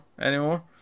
anymore